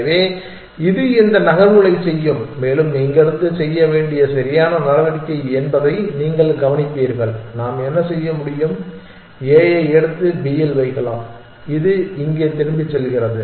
எனவே இது இந்த நகர்வுகளைச் செய்யும் மேலும் இங்கிருந்து செய்ய வேண்டிய சரியான நடவடிக்கை என்பதை நீங்கள் கவனிப்பீர்கள் நாம் என்ன செய்ய முடியும் அதை A ஐ எடுத்து B இல் வைக்கலாம் இது இங்கே திரும்பிச் செல்கிறது